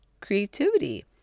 creativity